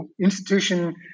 institution